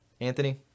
Anthony